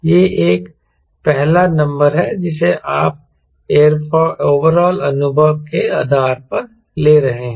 यह एक पहला नंबर है जिसे आप ओवरऑल अनुभव के आधार पर ले रहे हैं